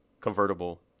convertible